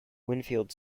winfield